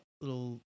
little